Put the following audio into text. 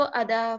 ada